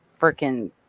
freaking